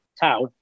town